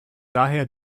daher